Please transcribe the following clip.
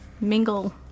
mingle